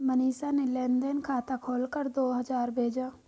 मनीषा ने लेन देन खाता खोलकर दो हजार भेजा